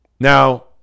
Now